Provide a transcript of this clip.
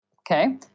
okay